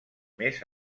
més